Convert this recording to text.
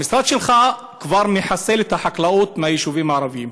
המשרד שלך כבר מחסל את החקלאות ביישובים הערביים.